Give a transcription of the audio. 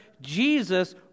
Jesus